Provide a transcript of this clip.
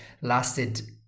lasted